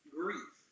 grief